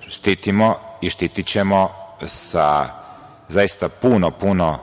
štitimo i štitićemo za zaista puno, puno